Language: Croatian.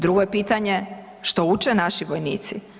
Drugo je pitanje, što uče naši vojnici?